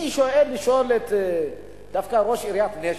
אני שואל ראשון דווקא את ראש עיריית נשר.